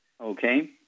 okay